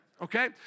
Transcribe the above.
okay